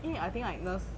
因为 I think like nurse